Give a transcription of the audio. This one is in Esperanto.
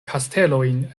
kastelojn